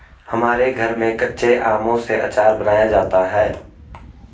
हमारे घर में कच्चे आमों से आचार बनाया जाता है